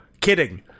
kidding